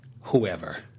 whoever